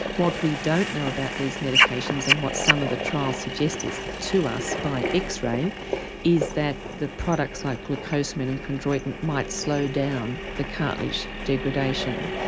what we don't know about these medications and what some of the trials suggested to us by x-ray is that the products like glucosamine and chondroiton might slow down the cartilage degradation.